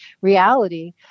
reality